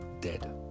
dead